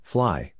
Fly